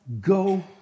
go